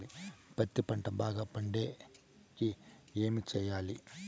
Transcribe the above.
పత్తి పంట బాగా పండే కి ఏమి చెయ్యాలి?